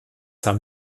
haben